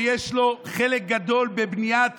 ושיש לו חלק בבניית